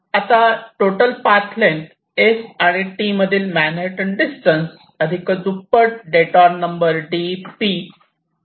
आता total path length S आणि T मधील मॅनहॅटन डिस्टन्स अधिक दुप्पट डेटोर नंबर d 3 इतकी होईल